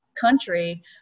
country